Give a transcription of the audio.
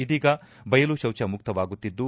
ಇದೀಗ ಬಯಲು ಶೌಚ ಮುಕ್ತ ವಾಗುತ್ತಿದ್ದು